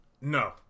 No